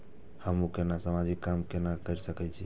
हमू केना समाजिक काम केना कर सके छी?